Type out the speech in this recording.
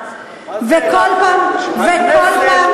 חברנו,